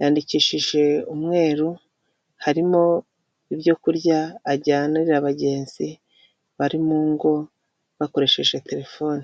yandikishije umweru, harimo ibyoku kurya ajyanira abagenzi bari mu ngo bakoresheje telefoni.